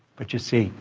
but you see,